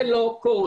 זה לא קורה.